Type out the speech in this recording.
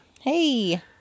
Hey